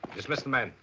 dismiss the men.